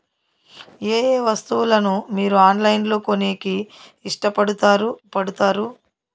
ఏయే వస్తువులను మీరు ఆన్లైన్ లో కొనేకి ఇష్టపడుతారు పడుతారు?